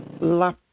La